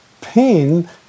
pain